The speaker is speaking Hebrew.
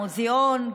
מוזיאון,